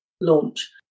launch